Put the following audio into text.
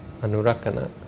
anurakana